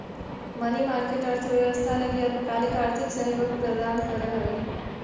money market अर्थव्यवस्था लगी अल्पकालिक आर्थिक सहयोग प्रदान करऽ हइ